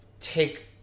take